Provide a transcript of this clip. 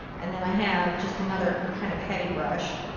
and then i have just another kind of heavy brush.